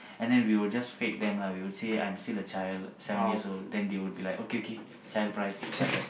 and then we will just fake them lah we will say I'm still a child seven years old then they'll be like okay okay child price like that